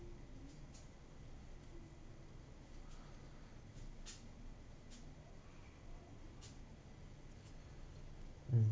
mm